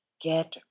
get